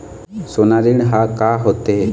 सोना ऋण हा का होते?